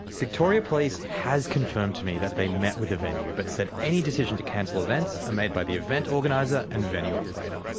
victoria police has confirmed to me they met with the venue, but said any decision to cancel events are made by the event organiser and venue operator.